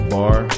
Bar